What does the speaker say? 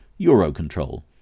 Eurocontrol